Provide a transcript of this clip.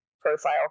profile